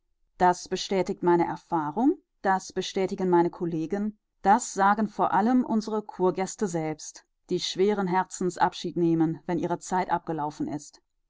das bestätigt meine eigene erfahrung das bestätigen meine kollegen das sagen vor allem unsere kurgäste selbst die schweren herzens abschied nehmen wenn ihre zeit abgelaufen ist